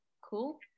Cool